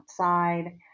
outside